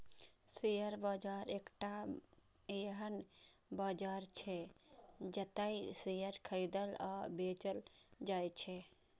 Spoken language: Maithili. शेयर बाजार एकटा एहन बाजार छियै, जतय शेयर खरीदल आ बेचल जाइ छै